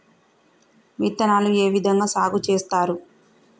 విత్తనాలు ఏ విధంగా సాగు చేస్తారు?